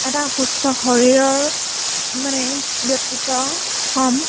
এটা সুস্থ শৰীৰৰ মানে ব্যক্তিত্ব হ'ম